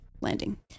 landing